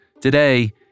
Today